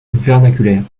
vernaculaire